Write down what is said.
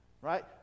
right